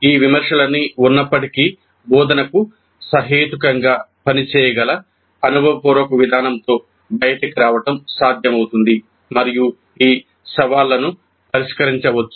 ఈ విమర్శలన్నీ ఉన్నప్పటికీ బోధనకు సహేతుకంగా పని చేయగల అనుభవపూర్వక విధానంతో బయటకు రావడం సాధ్యమవుతుంది మరియు ఈ సవాళ్లను పరిష్కరించవచ్చు